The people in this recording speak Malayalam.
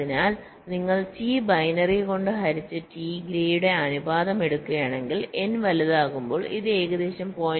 അതിനാൽ നിങ്ങൾ T ബൈനറി കൊണ്ട് ഹരിച്ച T ഗ്രേയുടെ അനുപാതം എടുക്കുകയാണെങ്കിൽ n വലുതാകുമ്പോൾ ഇത് ഏകദേശം 0